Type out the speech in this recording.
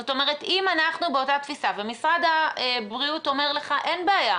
זאת אומרת אם אנחנו באותה תפיסה ומשרד הבריאות אומר לך שאין בעיה,